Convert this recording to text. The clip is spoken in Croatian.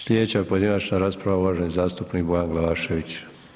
Slijedeća pojedinačna rasprava uvaženi zastupnik Bojan Glavašević.